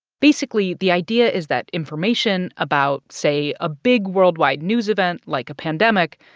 basically, the idea is that information about, say, a big worldwide news event, like a pandemic,